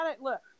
look